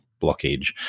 blockage